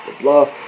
blah